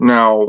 Now